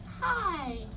hi